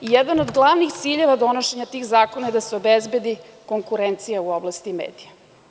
Jedan od glavnih ciljeva donošenja tihi zakona je da se obezbedi konkurencija u oblasti medija.